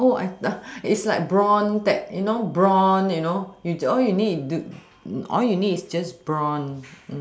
oh I is like brawn the you know brawn you know you all you need all you need is just brawn